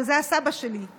שזה הסבא שלי,